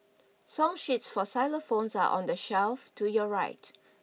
song sheets for xylophones are on the shelf to your right